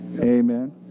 Amen